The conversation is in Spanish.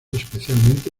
especialmente